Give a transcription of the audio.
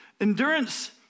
Endurance